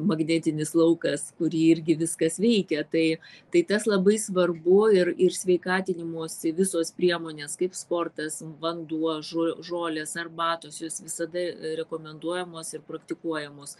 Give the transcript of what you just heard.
magnetinis laukas kurį irgi viskas veikia tai tai tas labai svarbu ir ir sveikatinimosi visos priemonės kaip sportas vanduo žo žolės arbatos jos visada rekomenduojamos ir praktikuojamos